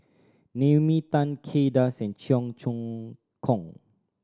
Naomi Tan Kay Das and Cheong Choong Kong